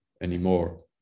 anymore